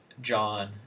John